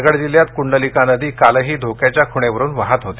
रायगड जिल्ह्यात कुंडलिका नदी कालही धोक्याच्या खुणेवरून वाहत होती